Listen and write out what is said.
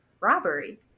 robbery